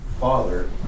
father